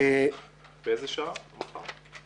באיזה שעה מחר?